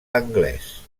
anglès